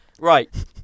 Right